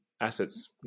assets